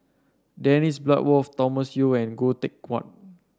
Dennis Bloodworth Thomas Yeo and Goh Teck Phuan